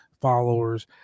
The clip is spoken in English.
followers